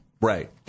Right